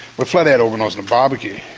we're flat out organising a barbecue.